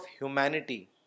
humanity